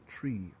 tree